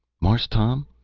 marse tom,